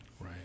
Right